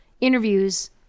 interviews